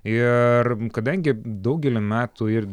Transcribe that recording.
ir kadangi daugelį metų ir